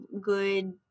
good